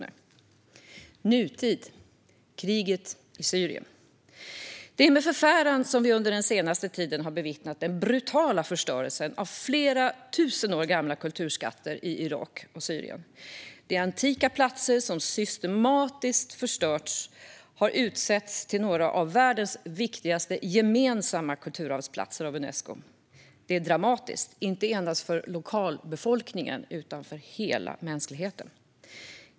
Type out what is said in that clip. Exemplet från nutid är kriget i Syrien. Det är med förfäran som vi under den senaste tiden har bevittnat den brutala förstörelsen av flera tusen år gamla kulturskatter i Irak och Syrien. De antika platser som systematiskt förstörts har utsetts till några av världens viktigaste gemensamma kulturarvsplatser av Unesco. Det är dramatiskt, inte endast för lokalbefolkningen utan för hela mänskligheten.